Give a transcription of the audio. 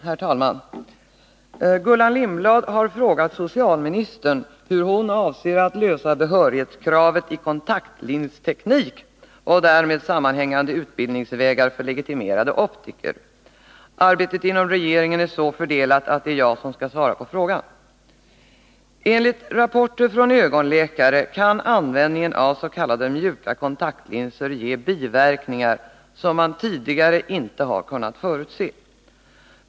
Herr talman! Gullan Lindblad har frågat socialministern hur hon avser att lösa frågan om behörighetskravet i kontaktlinsteknik och därmed sammanhängande utbildningsvägar för legitimerade optiker. Arbetet inom regeringen är så fördelat att det är jag som skall svara på frågan. Enligt rapporter från ögonläkare kan användningen av s.k. mjuka kontaktlinser ge biverkningar som man tidigare inte har kunnat förutse.